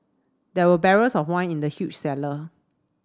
there were barrels of wine in the huge cellar